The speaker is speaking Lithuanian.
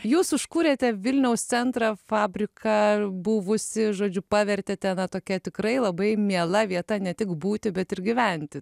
jūs užkūrėte vilniaus centrą fabriką buvusį žodžiu pavertėte na tokia tikrai labai miela vieta ne tik būti bet ir gyventi